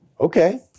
Okay